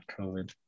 COVID